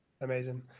Amazing